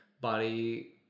body